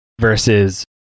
versus